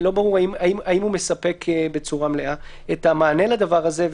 לא ברור האם הוא מספק בצורה מלאה את המענה לדבר הזה.